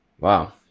Wow